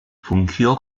fungió